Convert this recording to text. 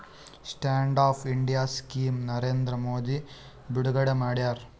stand up India scheme Narendra Modi ಬಿಡುಗಡೆ ಮಾಡ್ಯಾರ